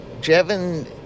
Jevin